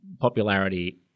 popularity